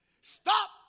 stop